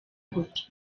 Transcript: gute